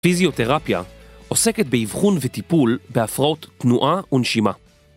פיזיותרפיה עוסקת באבחון וטיפול בהפרעות תנועה ונשימה.